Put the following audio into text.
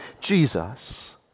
Jesus